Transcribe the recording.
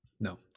no